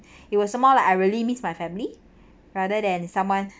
it was more like I really miss my family rather than someone